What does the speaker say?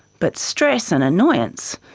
but stress and annoyance,